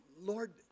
Lord